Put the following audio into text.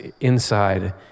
inside